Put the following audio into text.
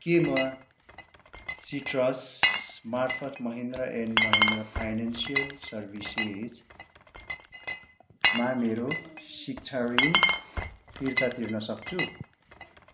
के म सिट्रस मार्फत महिन्द्रा एन्ड महिन्द्रा फाइनान्सियल सर्भिसेजमा मेरो शिक्षा ऋण फिर्ता तिर्न सक्छु